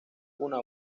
una